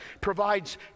provides